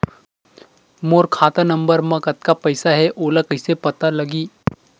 मोर खाता नंबर मा कतका पईसा हे ओला कइसे पता लगी?